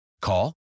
Call